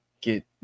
get